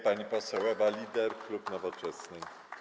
Pani poseł Ewa Lieder, klub Nowoczesnej.